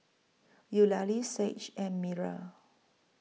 Eulalie Sage and Myrl